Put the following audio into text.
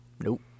Nope